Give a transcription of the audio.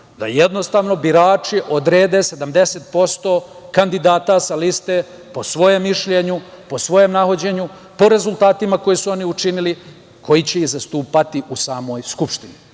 da jednostavno birači odrede 70% kandidata sa liste, po svom mišljenju, po svom nahođenju, po rezultatima koje su oni učinili, koji će ih zastupati u samoj Skupštini.